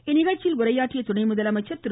இந்நிகழ்ச்சியில் உரையாற்றிய துணை முதலமைச்சர் திரு